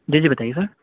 جی جی بتائیے سر